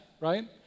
right